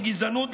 מגזענות,